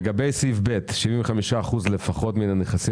לגבי סעיף (ב) 75 אחוזים לפחות מן הנכסים